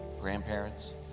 grandparents